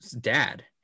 dad